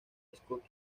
scott